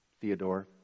Theodore